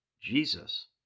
Jesus